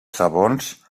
sabons